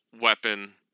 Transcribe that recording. weapon